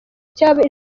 cyaba